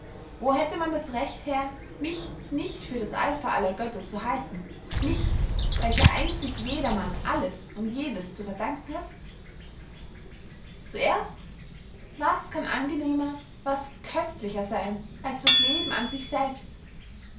wo hätte man das recht her mich nicht für das alpha aller götter zu halten mich welcher einzig jedermann alles und jedes zu verdanken hat zuerst was kann angenehmer was köstlicher seyn als das leben an sich selbst